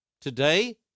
Today